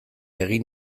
egin